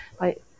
Right